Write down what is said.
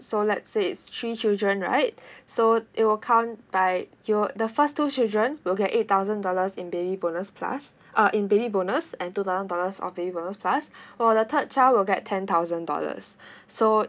so lets say it's three children right so it will count by your the first two children will get eight thousand dollars in baby bonus plus uh in baby bonus and two thousand dollars of baby bonus plus for the third child will get ten thousand dollars so